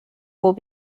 will